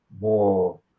more